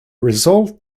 result